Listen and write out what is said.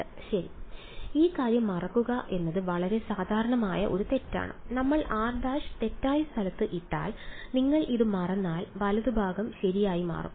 2 ശരി ഈ കാര്യം മറക്കുക എന്നത് വളരെ സാധാരണമായ ഒരു തെറ്റാണ് നമ്മൾ r′ തെറ്റായ സ്ഥലത്ത് ഇട്ടാൽ നിങ്ങൾ ഇത് മറന്നാൽ വലതുഭാഗം ശരിയായി മാറും